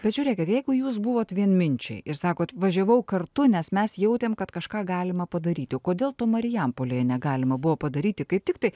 bet žiūrėkit kad jeigu jūs buvot vienminčiai ir sakot važiavau kartu nes mes jautėm kad kažką galima padaryti o kodėl to marijampolėje negalima buvo padaryti kaip tik tai